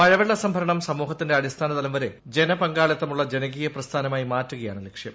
മഴവെള്ള സംഭരണം സമൂഹത്തിന്റെ അടിസ്ഥാനതലം വരെ ജനപങ്കാളിത്തമുള്ള ജനകീയ പ്രസ്ഥാനമായി മാറ്റുകയാണ് ലക്ഷ്യം